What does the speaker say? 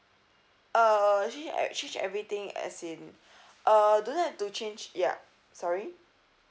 uh actually exchange everything as in uh do not have to change ya sorry